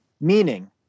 Meaning